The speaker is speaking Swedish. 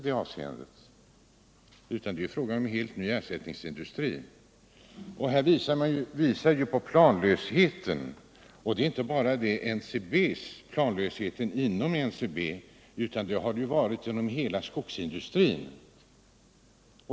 Det är ju fråga om helt ny ersättningsindustri. Detta visar på planlösheten, och det är inte bara planlösheten inom NCB, utan den har funnits inom hela skogsindustrin.